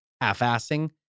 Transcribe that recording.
half-assing